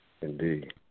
Indeed